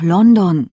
London